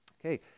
Okay